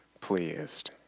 pleased